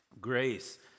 Grace